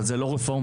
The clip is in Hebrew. אבל זאת לא רפורמה.